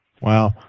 Wow